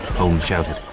holm shouted.